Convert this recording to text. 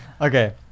okay